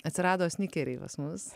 atsirado snikeriai pas mus